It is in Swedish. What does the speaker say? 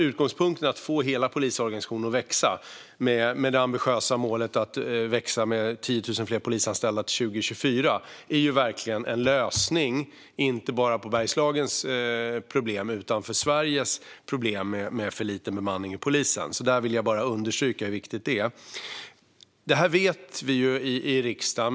Utgångspunkten att få hela polisorganisationen att växa med det ambitiösa målet om 10 000 fler polisanställda till 2024 är verkligen en lösning, inte bara på Bergslagens problem utan på hela Sveriges problem med för liten bemanning. Jag vill understryka hur viktigt detta är. Detta vet vi i riksdagen.